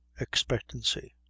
expectancy